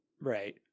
Right